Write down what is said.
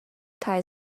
tie